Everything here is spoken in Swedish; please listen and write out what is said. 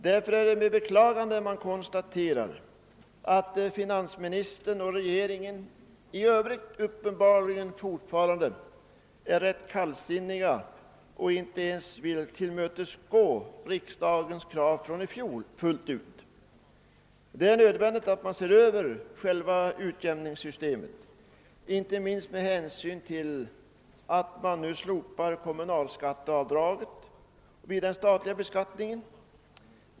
Därför är det med beklagande vi konstaterar att finansministern och regeringen i övrigt uppenbarligen fortfarande är rätt kallsinniga och inte ens vill tillmötesgå riksdagens krav från i fjol fullt ut. Det är nödvändigt att se över själva utjämningssystemet, inte minst med hänsyn till att kommunalskatteavdraget vid den statliga beskattningen nu slopas.